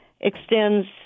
extends